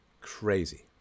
crazy